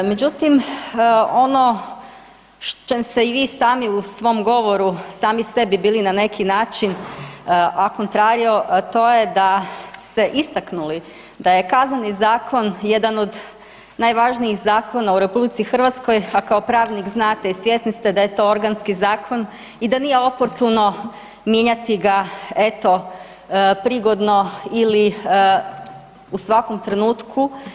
Međutim, ono čem ste i vi sami u svom govoru, sami sebi bili na neki način a contrario to je da ste istaknuli da je Kazneni zakon jedan od najvažnijih zakona u RH, a kao pravnik znate i svjesni ste da je to organski zakon i da nije oportuno mijenjati ga eto prigodno ili u svakom trenutku.